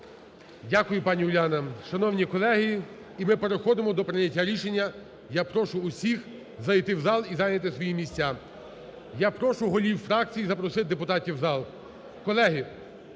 Дякую, пані Уляно. Шановні колеги, і ми переходимо до прийняття рішення. Я прошу усіх зайти в зал і зайняти свої місця. Я прошу голів фракцій запросити депутатів у зал.